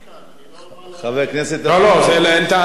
לא, לא, אין טענה לנמצאים,